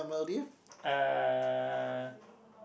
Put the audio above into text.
uh